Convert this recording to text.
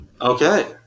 Okay